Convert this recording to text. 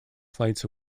flights